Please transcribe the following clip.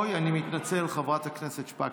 אוי, אני מתנצל, חברת הכנסת שפק.